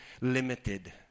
limited